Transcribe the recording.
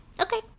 Okay